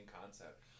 concept